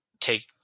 Take